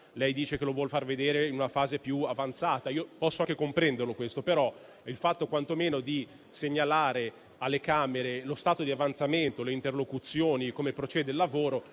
risposto che vuole farcelo vedere in una fase più avanzata. Posso anche comprenderlo, però quantomeno segnalare alle Camere lo stato di avanzamento, le interlocuzioni e come procede il lavoro,